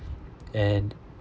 and